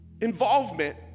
involvement